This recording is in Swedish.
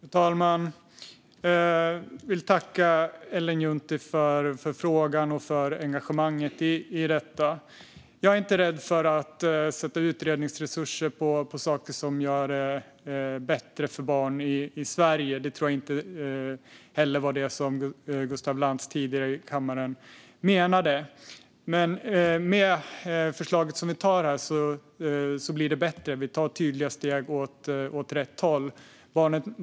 Fru talman! Jag vill tacka Ellen Juntti för frågan och engagemanget för det här. Jag är inte rädd för att lägga utredningsresurser på saker som gör det bättre för barn i Sverige. Jag tror heller inte att det var vad Gustaf Lantz menade tidigare. Men med det förslag som vi nu har blir det bättre. Vi tar tydliga steg åt rätt håll.